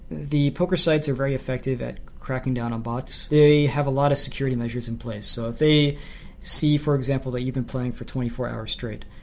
the poker sites are very effective at cracking down on bots. they have a lot of security measures in place. if so they see, for example, that you've been playing for twenty four hours straight,